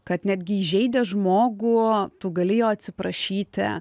kad netgi įžeidęs žmogų tu gali jo atsiprašyti